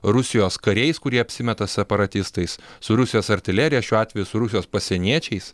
rusijos kariais kurie apsimeta separatistais su rusijos artilerija šiuo atveju su rusijos pasieniečiais